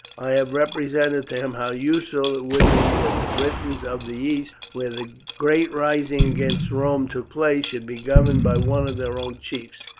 i have represented to him how useful it would be that the britons of the east, where the great rising against rome took place, should be governed by one of their own chiefs,